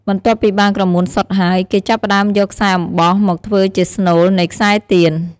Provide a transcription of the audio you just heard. បន្ទាប់ពីបានក្រមួនសុទ្ធហើយ គេចាប់ផ្តើមយកខ្សែអំបោះមកធ្វើជាស្នូលនៃខ្សែទៀន។